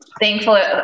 thankful